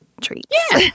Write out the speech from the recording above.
treats